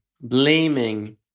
blaming